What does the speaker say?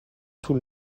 طول